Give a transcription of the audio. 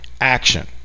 action